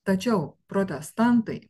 tačiau protestantai